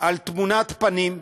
על תמונת פנים במאגר.